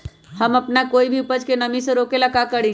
हम अपना कोई भी उपज के नमी से रोके के ले का करी?